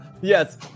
Yes